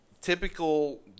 typical